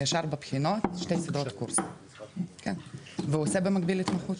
ארבע בחינות ושתי סדרות של קורסים ובמקביל הוא עושה התמחות,